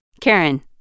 Karen